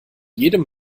jedem